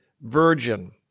virgin